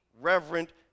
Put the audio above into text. reverent